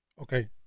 Okay